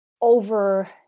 over